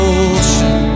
ocean